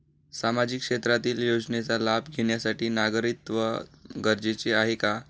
सामाजिक क्षेत्रातील योजनेचा लाभ घेण्यासाठी नागरिकत्व गरजेचे आहे का?